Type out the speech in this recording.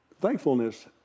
Thankfulness